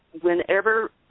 whenever